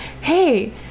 Hey